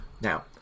Now